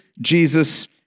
Jesus